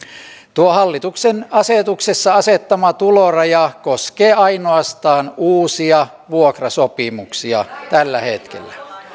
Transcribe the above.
tuo hallituksen asetuksessa asettama tuloraja koskee ainoastaan uusia vuokrasopimuksia tällä hetkellä